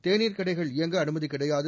தேநீர் கடைகள் இயங்க அனுமதி கிடையாது